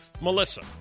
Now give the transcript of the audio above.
Melissa